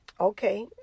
okay